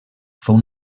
fou